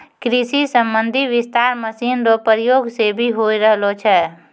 कृषि संबंधी विस्तार मशीन रो प्रयोग से भी होय रहलो छै